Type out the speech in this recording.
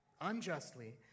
unjustly